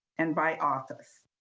and by office.